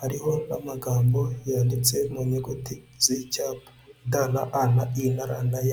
hariho n'amagambo yanditse mu nyuguti z'icyapa; D, na A, na I, na R, na Y.